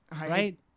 Right